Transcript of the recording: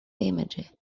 image